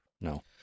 No